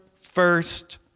first